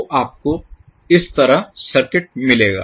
तो आपको इस तरह सर्किट मिलेगा